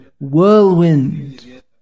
whirlwind